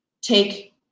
take